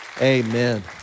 amen